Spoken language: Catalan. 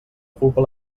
culpa